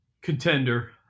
Contender